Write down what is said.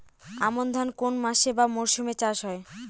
আমন ধান কোন মাসে বা মরশুমে চাষ হয়?